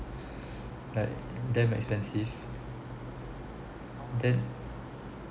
like damn expensive then